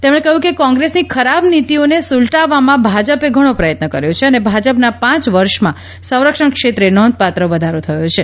તેમણે કહ્યું કે કોંગ્રેસની ખરાબ નીતીઓને સુલટાવવામાં ભાજપે ઘણો પ્રયત્ન કર્યો છે અને ભાજપનાં પાંચ વર્ષમાં સંરક્ષણ ક્ષેત્રે નોંધપાત્ર વધારો થયો છે